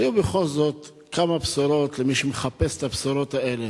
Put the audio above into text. היו בכל זאת כמה בשורות למי שמחפש את הבשורות האלה,